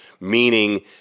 meaning